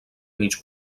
mig